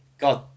god